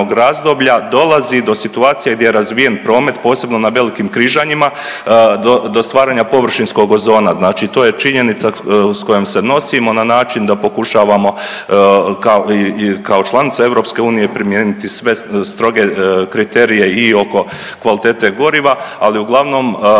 razdoblja dolazi do situacija gdje je razvijen promet, posebno na velikim križanjima do stvaranja površinskog ozona, znači to je činjenica s kojom se nosimo na način da pokušavamo kao članica EU primijeniti sve stroge kriterije i oko kvalitete goriva. Ali uglavnom